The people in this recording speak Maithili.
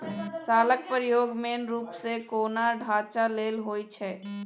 शालक प्रयोग मेन रुप सँ कोनो ढांचा लेल होइ छै